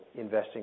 investing